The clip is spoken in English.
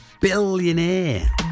billionaire